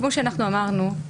כמו שאמרנו,